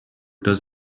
does